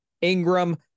Ingram